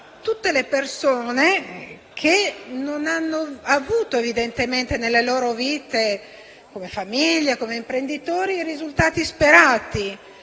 tutte le persone che non hanno avuto, nella loro vita, come famiglie o come imprenditori, i risultati sperati.